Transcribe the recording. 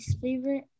favorite